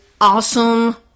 awesome